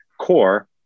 core